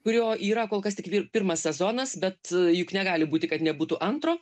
kurio yra kol kas tik vir pirmas sezonas bet juk negali būti kad nebūtų antro